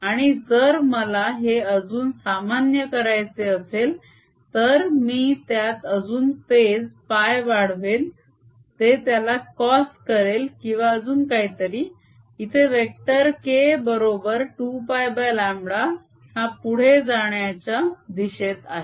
आणि जर मला हे अजून सामान्य करायचे असेल तर मी त्यात अजून फेज π वाढवेन ते त्याला cos करेल किंवा अजून काहीतरी इथे वेक्टर क बरोबर 2πλ हा पुढे जाण्याच्या दिशेत आहे